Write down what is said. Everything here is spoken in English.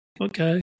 Okay